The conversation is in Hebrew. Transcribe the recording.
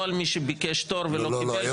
לא על מי שביקש תור ולא קיבל.